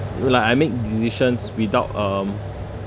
like I make decisions without um